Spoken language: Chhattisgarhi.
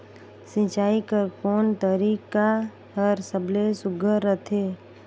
सिंचाई कर कोन तरीका हर सबले सुघ्घर रथे?